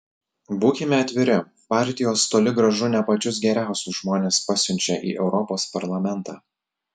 būkime atviri partijos toli gražu ne pačius geriausius žmones pasiunčia į europos parlamentą